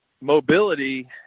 mobility